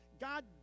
God